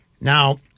Now